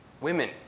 Women